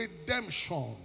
redemption